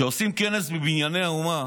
כשעושים כנס בבנייני האומה